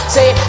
Say